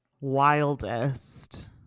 wildest